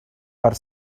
per